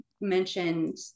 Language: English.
mentioned